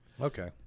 okay